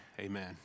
Amen